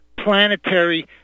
planetary